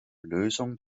lösung